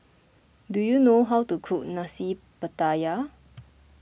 do you know how to cook Nasi Pattaya